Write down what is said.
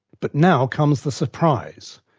but now comes the surprise,